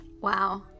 Wow